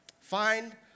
Find